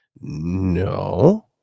No